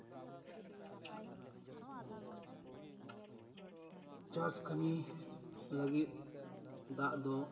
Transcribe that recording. ᱪᱟᱥ ᱠᱟᱹᱢᱤ ᱞᱟᱹᱜᱤᱫ ᱫᱟᱜ ᱫᱚ